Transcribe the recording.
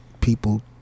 people